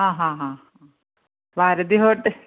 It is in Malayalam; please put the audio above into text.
ആ ഹാ ഹാ ഭാരതി ഹോട്ടൽ